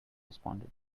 responded